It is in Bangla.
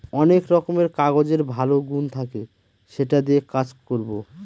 অনেক রকমের কাগজের ভালো গুন থাকে সেটা দিয়ে কাজ করবো